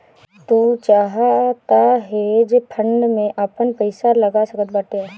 तू चाहअ तअ हेज फंड में आपन पईसा लगा सकत बाटअ